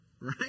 Right